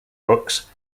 books